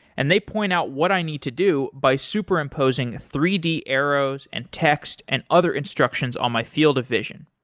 and they point out what i need to do by superimposing three d arrows and text and other instructions on my field of vision.